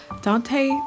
Dante